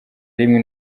rimwe